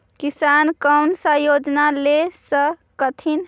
किसान कोन सा योजना ले स कथीन?